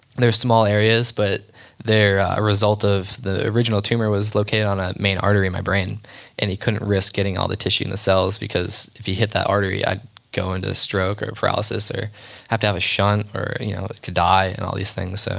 they're small areas but they're a result of the original tumor was located on a main artery in my brain and he couldn't risk getting all the tissue and the cells because if he hit that artery i'd go into stroke or paralysis or have to have a shunt or you know could die and all these things so